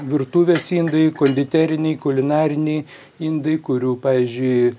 virtuvės indai konditeriniai kulinariniai indai kurių pavyzdžiui